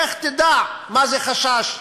לך תדע מה זה חשש.